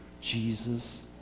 Jesus